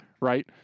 Right